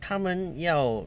他们要